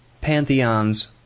Pantheons